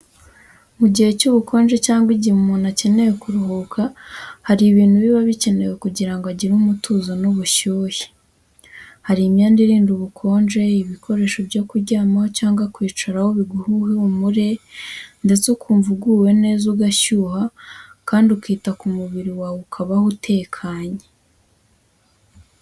Mu gihe cy’ubukonje cyangwa igihe umuntu akeneye kuruhuka, hari ibintu biba bikenewe kugira ngo agire umutuzo n'ubushyuhe. Hari imyenda irinda ubukonje, ibikoresho byo kuryamaho cyangwa kwicaraho biguha ihumure, ndetse ukumva uguwe neza ugashyuha kandi ukita ku mubiri wawe ukabaho utekanye.